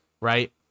right